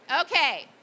okay